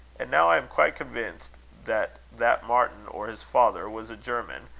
and, now, i am quite convinced that that martin or his father was a german,